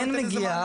כן מגיע.